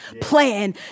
plan